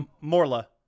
Morla